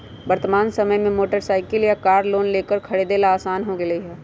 वर्तमान समय में मोटर साईकिल या कार लोन लेकर खरीदे ला आसान हो गयले है